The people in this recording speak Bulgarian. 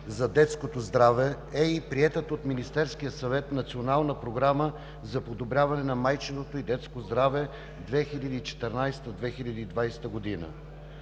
за детското здраве е и приетата от Министерския съвет Национална програма за подобряване на майчиното и детското здраве 2014 – 2020 г.